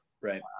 right